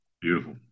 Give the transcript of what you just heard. Beautiful